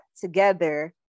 together